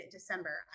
December